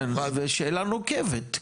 כן, זו שאלה נוקבת.